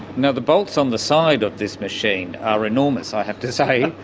and the bolts on the side of this machine are enormous, i have to say.